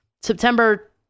September